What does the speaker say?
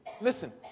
listen